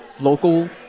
local